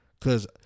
Cause